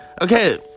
okay